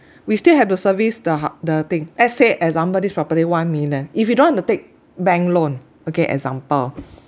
we still have to service the hu~ the thing let's say example this property one million if you don't want to take bank loan okay example